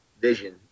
vision